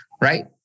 right